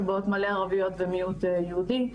או שבאות מלא ערביות ומיעוט יהודי.